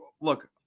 look